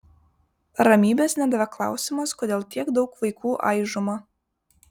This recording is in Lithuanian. ramybės nedavė klausimas kodėl tiek daug vaikų aižoma